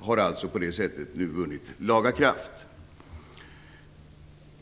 har på det sättet nu vunnit laga kraft.